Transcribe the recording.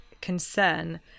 concern